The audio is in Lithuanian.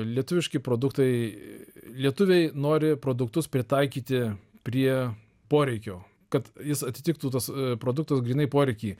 lietuviški produktai lietuviai nori produktus pritaikyti prie poreikio kad jis atitiktų tas produktas grynai poreikį